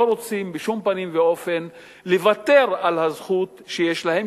רוצים בשום פנים ואופן לוותר על הזכות שיש להם,